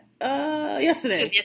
Yesterday